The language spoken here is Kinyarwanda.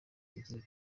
agira